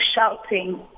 shouting